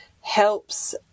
helps